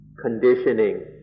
conditioning